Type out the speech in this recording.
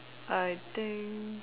I think